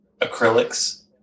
acrylics